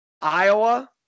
Iowa